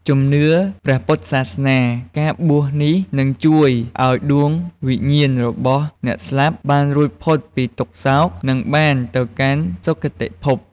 ជំនឿព្រះពុទ្ធសាសនា ការបួសនេះនឹងជួយឲ្យដួងវិញ្ញាណរបស់អ្នកស្លាប់បានរួចផុតពីទុក្ខសោក និងបានទៅកាន់សុគតិភព។